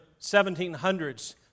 1700s